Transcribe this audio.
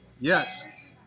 Yes